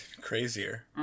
crazier